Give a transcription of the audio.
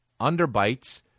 Underbites